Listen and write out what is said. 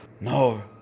No